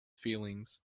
feelings